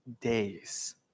days